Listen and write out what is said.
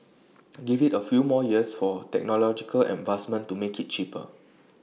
give IT A few more years for technological advancement to make IT cheaper